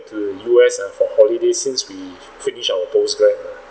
to the U_S uh for holidays since we finish our postgrad uh